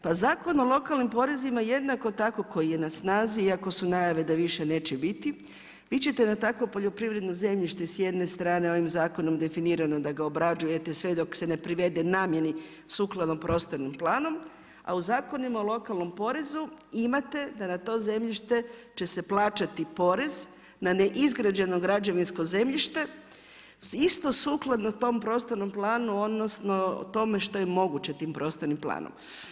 Pa Zakon o lokalnim porezima, jednako tako koji je na snazi iako su najave da više neće biti, vi ćete na takvo poljoprivredno zemljište s jedne strane, definirano da ga obrađujete sve dok se ne privede namjeni sukladno prostornim planom, a u zakonima o lokalnom porezu imate da na to zemljište će se plaćati porez na neizgrađeno građevinsko zemljište isto sukladno tom prostornom planu odnosno tome što je moguće tim prostornim planom.